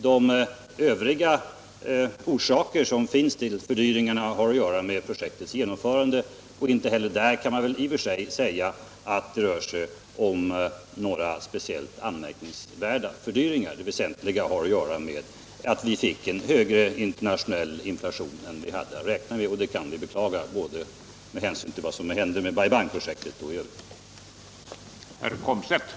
De övriga orsaker som finns till fördyringarna har att göra med projektets genomförande, och inte heller där kan man säga att det i och för sig rör sig om några speciellt anmärkningsvärda fördyringar.